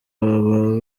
baba